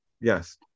Yes